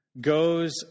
goes